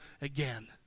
again